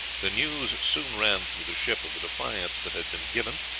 the news soon ran through the ship of the defiance that had been given,